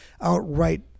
outright